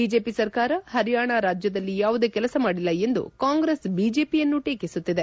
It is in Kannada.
ಬಿಜೆಪಿ ಸರ್ಕಾರ ಹರಿಯಾಣ ರಾಜ್ಯದಲ್ಲಿ ಯಾವುದೇ ಕೆಲಸ ಮಾಡಿಲ್ಲ ಎಂದು ಕಾಂಗ್ರೆಸ್ ಬಿಜೆಪಿಯನ್ನು ಟೀಕಿಸುತ್ತಿದೆ